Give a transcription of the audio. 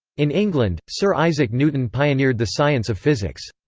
in england, sir isaac newton pioneered the science of physics.